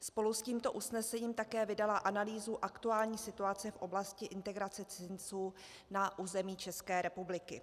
Spolu s tímto usnesením také vydala analýzu aktuální situace v oblasti integrace cizinců na území České republiky.